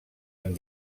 amb